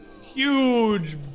Huge